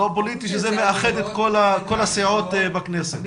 "לא פוליטי" שזה מאחד את כל הסיעות בכנסת.